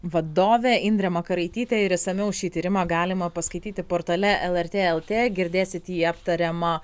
vadovė indrė makaraitytė ir išsamiau šį tyrimą galima paskaityti portale lrt lt girdėsite jį aptariamą